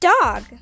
Dog